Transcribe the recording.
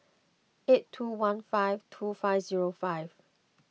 eight two one five two five zero five